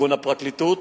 לכיוון הפרקליטות,